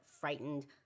frightened